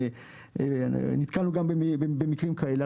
נתקלנו גם במקרים כאלה.